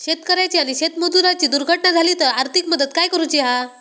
शेतकऱ्याची आणि शेतमजुराची दुर्घटना झाली तर आर्थिक मदत काय करूची हा?